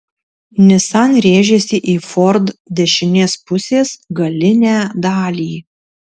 nissan rėžėsi į ford dešinės pusės galinę dalį